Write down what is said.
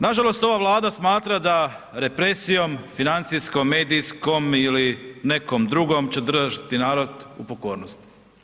Nažalost ova Vlada smatra da represijom financijskom, medijskom ili nekom drugom će držati narod u pokornosti.